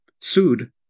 sued